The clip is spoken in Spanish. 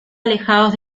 alejaos